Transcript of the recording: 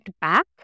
back